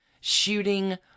shooting